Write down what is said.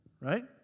right